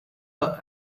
her